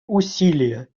усилия